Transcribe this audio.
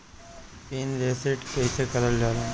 Pin reset कईसे करल जाला?